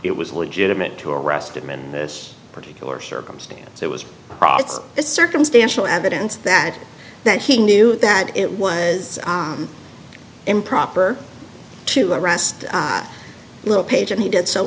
it was legitimate to arrest him in this particular circumstance it was the circumstantial evidence that that he knew that it was improper to arrest littlepage and he did so